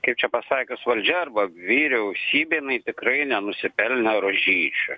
kaip čia pasakius valdžia arba vyriausybė jinai tikrai nenusipelnė rožyčių